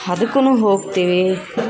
ಅದಕ್ಕೂನು ಹೋಗ್ತೀವಿ